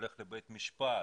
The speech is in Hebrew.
ילך לבית משפט,